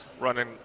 running